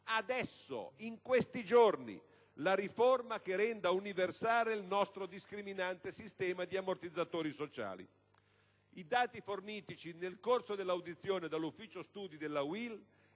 adesso, in questi giorni, la riforma che renda universale il nostro discriminante sistema di ammortizzatori sociali. I dati fornitici nel corso della sua audizione dall'ufficio studi della UIL,